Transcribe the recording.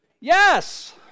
Yes